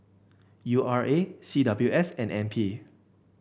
U R A C W S and N P